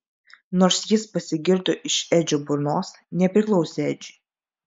nors jis pasigirdo iš edžio burnos nepriklausė edžiui